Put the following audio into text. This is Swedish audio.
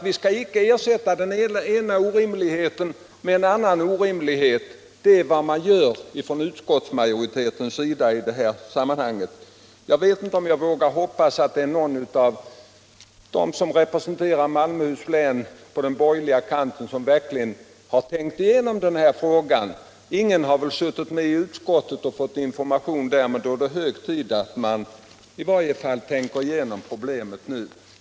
Vi skall inte ersätta den ena orimligheten med en annan orimlighet, men det är vad utskottsmajoriteten gör i det här sammanhanget. Jag vet inte om jag vågar hoppas att någon av dem som representerar Malmöhus län på den borgerliga kanten verkligen har tänkt igenom den här frågan. Ingen har väl suttit med i utskottet och fått information på det sättet. Då är det hög tid att tänka igenom problemet nu.